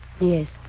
Yes